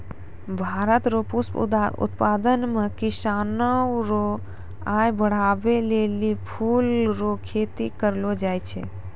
भारत रो पुष्प उत्पादन मे किसानो रो आय बड़हाबै लेली फूल रो खेती करलो जाय छै